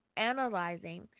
Analyzing